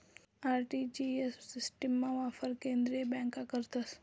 RTGS सिस्टिमना वापर केंद्रीय बँका करतस